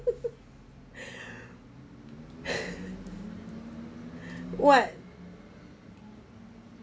what